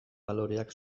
baloreak